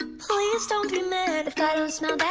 ah please don't be mad if i